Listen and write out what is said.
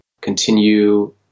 continue